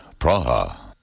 Praha